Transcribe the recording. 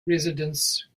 residence